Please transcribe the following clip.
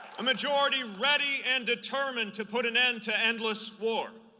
majority ready and determined to put an end to endless war.